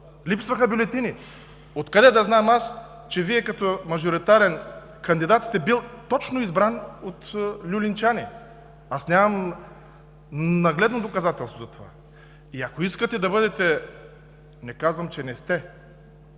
липсваха бюлетини. Откъде да знам, че Вие като мажоритарен кандидат сте бил избран точно от люлинчани. Нямам нагледно доказателство за това. Ако искате да бъдете – не казвам, че не сте,